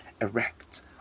erect